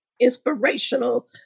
Inspirational